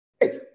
Great